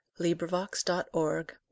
LibriVox.org